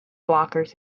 blockers